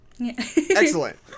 Excellent